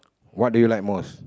what do you like most